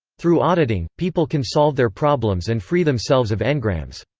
through auditing, people can solve their problems and free themselves of engrams.